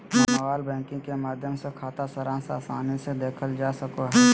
mobile banking के माध्यम से खाता सारांश आसानी से देखल जा सको हय